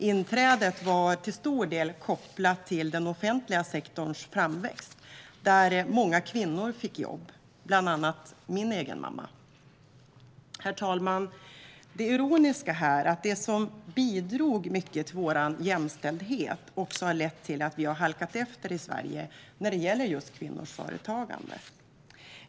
Inträdet var till stor del kopplat till framväxten av den offentliga sektorn, där många kvinnor fick jobb, bland annat min egen mamma. Herr talman! Det ironiska är här att det som bidrog mycket till vår jämställdhet också har lett till att vi halkat efter i Sverige när det gäller just kvinnors företagande.